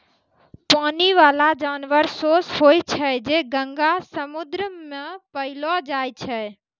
पानी बाला जानवर सोस होय छै जे गंगा, समुन्द्र मे पैलो जाय छै